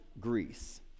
Greece